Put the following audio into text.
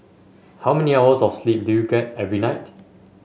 how many hours of sleep do you get every night